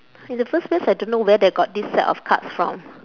in the first place I don't know where they got this set of cards from